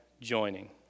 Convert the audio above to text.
joining